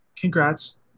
Congrats